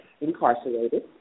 incarcerated